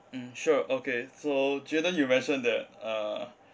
mm sure okay so jayden you mentioned that uh